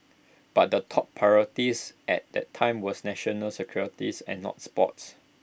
but the top priorities at that time was national security's and not sports